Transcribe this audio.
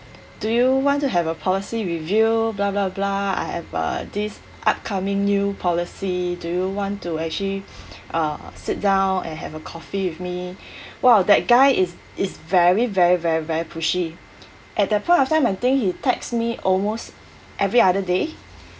do you want to have a policy review blah blah blah I have uh this upcoming new policy do want to actually uh sit down and have a coffee with me !wow! that guy is is very very very very pushy at that point of time I think he text me almost every other day